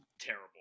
terrible